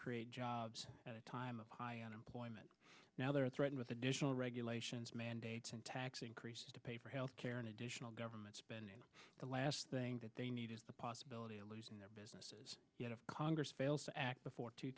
create jobs at a time of high unemployment now they are threatened with additional regulations mandates and tax increases to pay for health care and additional government spending the last thing that they need is the possibility of losing their businesses congress fails to act before two